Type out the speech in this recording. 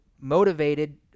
motivated